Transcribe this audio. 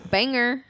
Banger